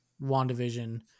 wandavision